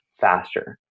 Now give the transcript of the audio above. faster